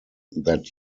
that